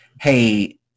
hey –